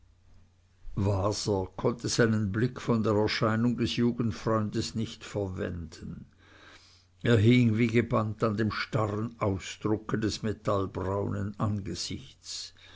waser konnte seinen blick von der erscheinung des jugendfreundes nicht verwenden er hing wie gebannt an dem starren ausdrucke des metallbraunen angesichts